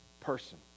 person